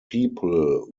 people